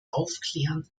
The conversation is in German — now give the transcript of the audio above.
aufklären